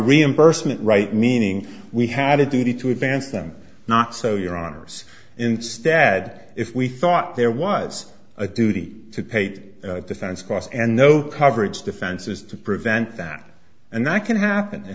reimbursement right meaning we had a duty to advance them not so your honour's instead if we thought there was a duty to paid defense costs and no coverage defenses to prevent that and that can happen it